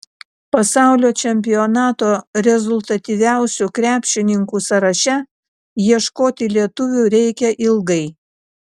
pasaulio čempionato rezultatyviausių krepšininkų sąraše ieškoti lietuvių reikia ilgai